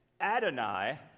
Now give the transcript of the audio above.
Adonai